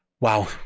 Wow